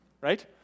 Right